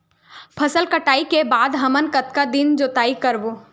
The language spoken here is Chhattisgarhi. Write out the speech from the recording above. फसल कटाई के बाद हमन कतका दिन जोताई करबो?